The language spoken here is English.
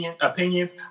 opinions